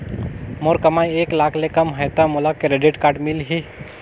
मोर कमाई एक लाख ले कम है ता मोला क्रेडिट कारड मिल ही?